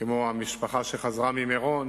כמו המשפחה שחזרה ממירון